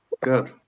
good